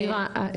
שירה,